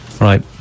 Right